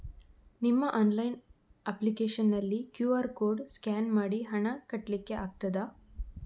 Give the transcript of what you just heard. ನಿಮ್ಮ online application ನಲ್ಲಿ QR code scan ಮಾಡಿ ಹಣ ಕಟ್ಲಿಕೆ ಆಗ್ತದ?